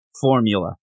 Formula